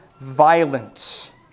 violence